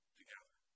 together